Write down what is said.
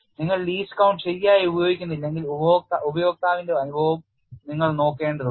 നിങ്ങൾ least count ശരിയായി ഉപയോഗിക്കുന്നില്ലെങ്കിൽ ഉപയോക്താവിന്റെ അനുഭവവും നിങ്ങൾ നോക്കേണ്ടതുണ്ട്